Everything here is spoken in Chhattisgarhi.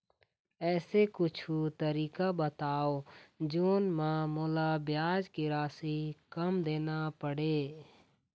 ऐसे कुछू तरीका बताव जोन म मोला ब्याज के राशि कम देना पड़े?